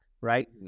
right